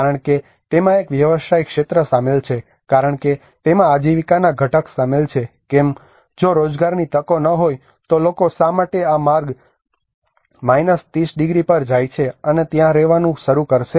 કારણ કે તેમાં એક વ્યવસાય ક્ષેત્ર શામેલ છે કારણ કે તેમાં આજીવિકાના ઘટક શામેલ છે કેમ જો રોજગારની તકો ન હોય તો લોકો શા માટે આ માર્ગ 30 ડિગ્રી પર જાય છે અને ત્યાં રહેવાનું શરૂ કરશે